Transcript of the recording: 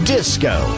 Disco